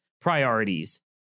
priorities